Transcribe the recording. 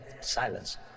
silence